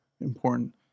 important